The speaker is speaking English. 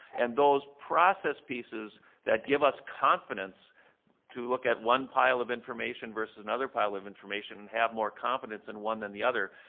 and those process pieces that give us confidence to look at one pile of information versus and another pile of information and have more confidence in one than the other,